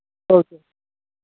okay